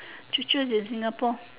churches in Singapore